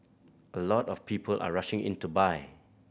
a lot of people are rushing in to buy